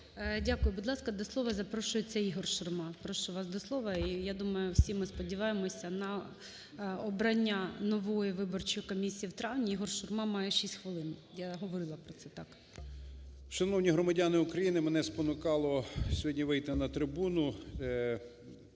Дякую. Будь ласка, до слова запрошується Ігор Шурма. Прошу вас до слова. І я думаю, всі ми сподіваємося на обрання нової виборчої комісії в травні. Ігор Шурма має 6 хвилин. Я говорила про це. Так. 14:00:56 ШУРМА І.М. Шановні громадяни України, мене спонукало сьогодні вийти на трибуну